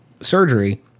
surgery